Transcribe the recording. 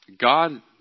God